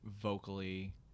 vocally